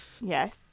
Yes